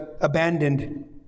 abandoned